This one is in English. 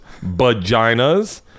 vaginas